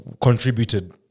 contributed